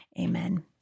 amen